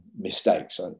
mistakes